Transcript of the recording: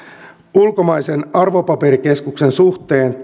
ulkomaisen arvopaperikeskuksen suhteen